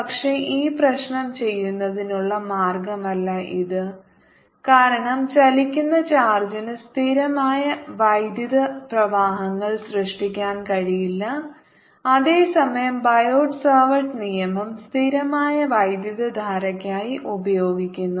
പക്ഷേ ഈ പ്രശ്നം ചെയ്യുന്നതിനുള്ള മാർഗ്ഗമല്ല ഇത് കാരണം ചലിക്കുന്ന ചാർജിന് സ്ഥിരമായ വൈദ്യുത പ്രവാഹങ്ങൾ സൃഷ്ടിക്കാൻ കഴിയില്ല അതേസമയം ബയോസാവാർട്ട് നിയമം സ്ഥിരമായ വൈദ്യുതധാരയ്ക്കായി ഉപയോഗിക്കുന്നു